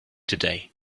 today